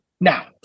Now